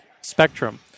Spectrum